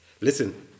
Listen